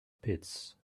pits